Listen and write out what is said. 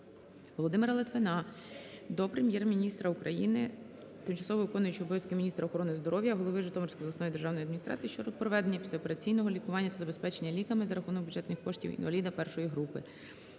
Володимира Литвина до Прем'єр-міністра України, тимчасово виконуючої обов'язки міністра охорони здоров'я, голови Житомирської обласної державної адміністрації щодо проведення післяопераційного лікування та забезпечення ліками за рахунок бюджетних коштів інваліда І групи.